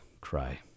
cry